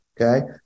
Okay